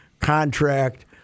contract